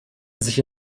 sich